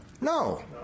no